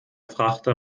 frachter